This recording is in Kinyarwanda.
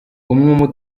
umwuma